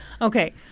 okay